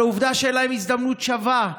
על העובדה שאין להם הזדמנות שווה,